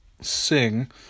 sing